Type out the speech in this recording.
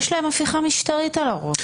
יש להם הפיכה משטרית על הראש.